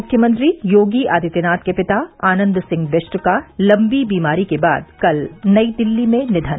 मुख्यमंत्री योगी आदित्यनाथ के पिता आनन्द सिंह बिष्ट का लम्बी बीमारी के बाद कल नई दिल्ली में निधन